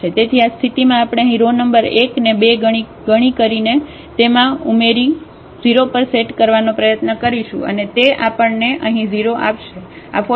તેથી આ સ્થિતિમાં આપણે અહીં રો નંબર 1 ને બે ગણી કરીને તેમાં ઉમેરી 0 પર સેટ કરવાનો પ્રયત્ન કરીશું અને તે આપણને અહીં 0 આપશે